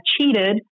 cheated